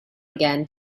again